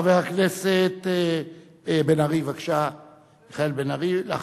חבר הכנסת מיכאל בן-ארי, בבקשה.